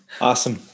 Awesome